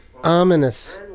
Ominous